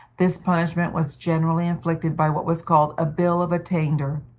this punishment was generally inflicted by what was called a bill of attainder,